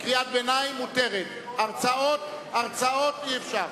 קריאת ביניים מותרת, הרצאות, אי-אפשר.